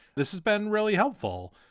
this has been really helpful.